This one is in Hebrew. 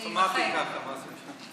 זה אוטומט גם ככה, מה זה משנה?